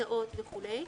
הרצאות וכולי.